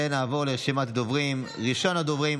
ונעבור לרשימת הדוברים: ראשון הדוברים,